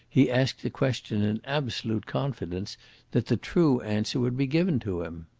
he asked the question in absolute confidence that the true answer would be given to him.